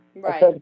Right